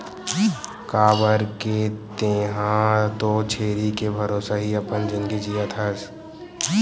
काबर के तेंहा तो छेरी के भरोसा ही अपन जिनगी जियत हस